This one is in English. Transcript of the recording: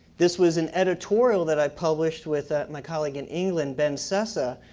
this was an editorial that i published with my colleague in england, ben sussa,